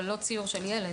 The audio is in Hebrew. אבל לא ציור של ילד.